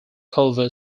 culver